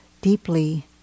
deeply